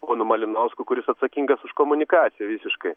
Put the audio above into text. ponu malinausku kuris atsakingas už komunikaciją visiškai